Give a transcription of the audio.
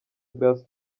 grace